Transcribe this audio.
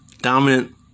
dominant